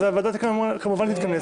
הוועדה תתכנס ותדון שוב.